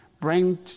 bring